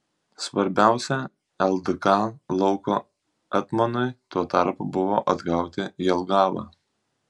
svarbiausia ldk lauko etmonui tuo tarpu buvo atgauti jelgavą